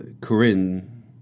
Corinne